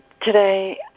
today